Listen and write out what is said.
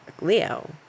Leo